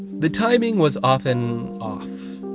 the timing was often off,